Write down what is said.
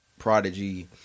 Prodigy